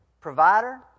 Provider